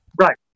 right